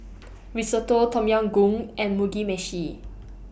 Risotto Tom Yam Goong and Mugi Meshi